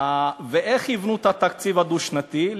איך יבנו את התקציב הדו-שנתי?